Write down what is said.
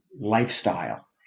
lifestyle